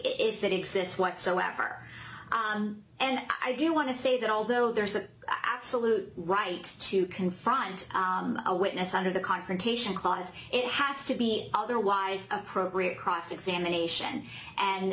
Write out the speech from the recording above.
it exists whatsoever and i do want to say that although there is an absolute right to confront a witness under the confrontation clause it has to be otherwise appropriate cross examination and